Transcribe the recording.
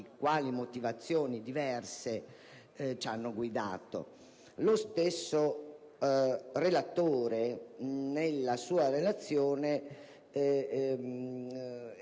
quali motivazioni diverse ci hanno guidato. Lo stesso relatore, nella sua relazione,